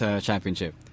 championship